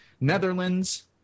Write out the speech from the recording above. Netherlands